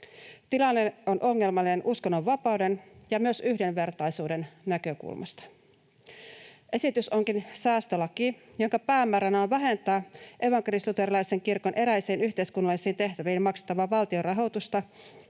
Tilanne on ongelmallinen uskonnonvapauden ja myös yhdenvertaisuuden näkökulmasta. Esitys onkin säästölaki, jonka päämääränä on vähentää evankelis-luterilaisen kirkon eräisiin yhteiskunnallisiin tehtäviin maksettavaa valtionrahoitusta